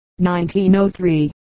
1903